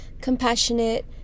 compassionate